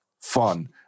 fun